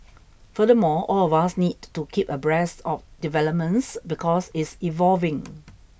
furthermore all of us need to keep abreast of developments because it's evolving